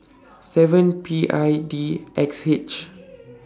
seven P I D X H